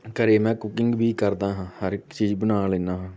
ਘਰ ਮੈਂ ਕੁਕਿੰਗ ਵੀ ਕਰਦਾ ਹਾਂ ਹਰ ਇੱਕ ਚੀਜ਼ ਬਣਾ ਲੈਂਦਾ ਹਾਂ